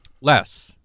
Less